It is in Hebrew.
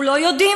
אנחנו לא יודעים,